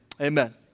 Amen